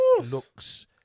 looks